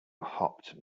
hopped